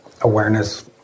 Awareness